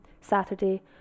Saturday